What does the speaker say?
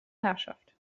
herrschaft